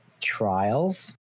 trials